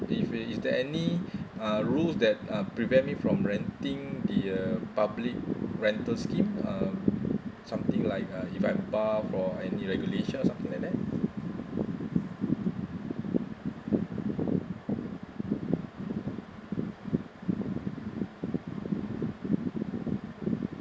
if it if there's any uh rules that uh preventing from renting the uh public rental scheme um something like uh if I'm barred from any regulations or something like that